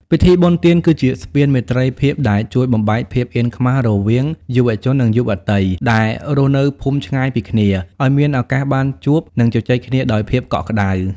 ពិធីបុណ្យទានគឺជាស្ពានមេត្រីភាព ដែលជួយបំបែកភាពអៀនខ្មាសរវាងយុវជន និងយុវតីដែលរស់នៅភូមិឆ្ងាយពីគ្នា ឱ្យមានឱកាសបានជួប និងជជែកគ្នាដោយភាពកក់ក្ដៅ។